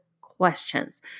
questions